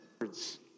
words